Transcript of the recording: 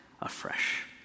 afresh